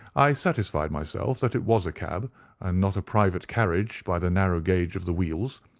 i satisfied myself that it was a cab and not a private carriage by the narrow gauge of the wheels.